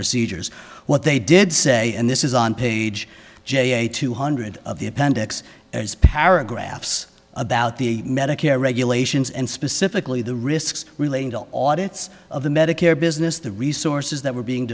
procedures what they did say and this is on page j a two hundred of the appendix as paragraphs about the medicare regulations and specifically the risks relating to audit of the medicare business the resources that were being